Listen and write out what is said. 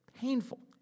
painful